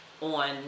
on